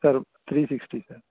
sir three sixty sir